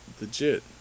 legit